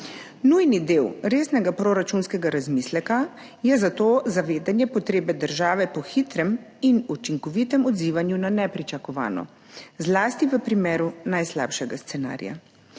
Nujni del resnega proračunskega razmisleka je zato zavedanje potrebe države po hitrem in učinkovitem odzivanju na nepričakovano, zlasti v primeru najslabšega scenarija.